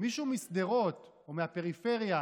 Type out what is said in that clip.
מישהו משדרות או מהפריפריה